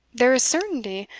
there is certainty!